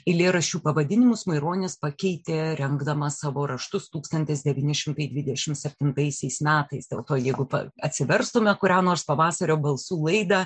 eilėraščių pavadinimus maironis pakeitė rengdamas savo raštus tūkstantis devyni šimtai dvidešimt septintaisiais metais dėl to jeigu atsiverstume kurią nors pavasario balsų laidą